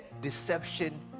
deception